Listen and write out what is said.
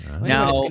now